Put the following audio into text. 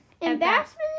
Embarrassment